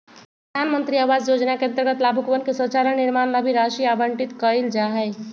प्रधान मंत्री आवास योजना के अंतर्गत लाभुकवन के शौचालय निर्माण ला भी राशि आवंटित कइल जाहई